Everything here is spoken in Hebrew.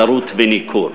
זרות וניכור.